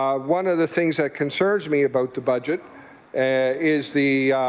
ah one of the things that concerns me about the budget and is the